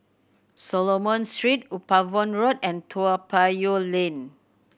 Solomon Street Upavon Road and Toa Payoh Lane